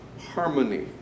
harmony